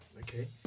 Okay